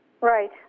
Right